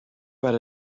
but